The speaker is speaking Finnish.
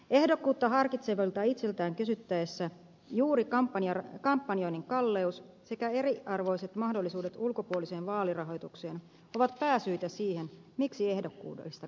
ehdokkuutta harkitsevilta itseltään kysyttäessä juuri kampanjoinnin kalleus sekä eriarvoiset mahdollisuudet ulkopuoliseen vaalirahoitukseen ovat pääsyitä siihen miksi ehdokkuudesta kieltäydytään